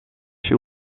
się